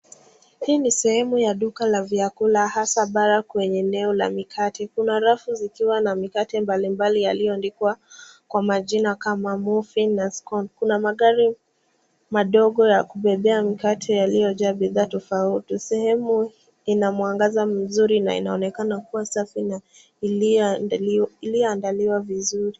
Hii ni sehemu ya duka la vyakula hasa bara kwenye eneo la mikate. Kuna rafu zikiwa na mikate mbalimbali yaliyoandikwa kwa majina kama muffin na scon .Kuna magari madogo ya kubebea mikate yaliyojaa bidhaa tofauti. Sehemu ina mwangaza mzuri na inaonekana kuwa safi na iliyoandaliwa vizuri.